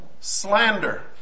slander